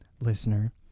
listener